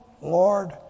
Lord